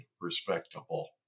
respectable